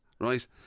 right